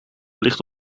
ligt